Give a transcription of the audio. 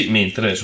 mentre